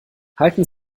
halten